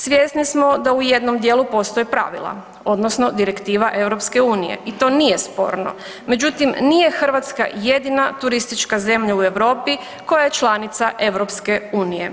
Svjesni smo da u jednom dijelu postoje pravila odnosno direktiva EU i to nije sporno, međutim nije Hrvatska jedina turistička zemlja u Europi koja je članica EU.